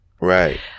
Right